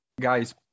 guys